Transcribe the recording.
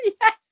Yes